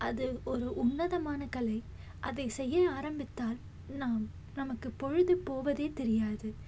அது ஒரு உன்னதமான கலை அதை செய்ய ஆரம்பித்தால் நாம் நமக்கு பொழுது போவது தெரியாது